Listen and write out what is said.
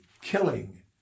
killing